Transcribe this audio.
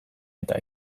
eta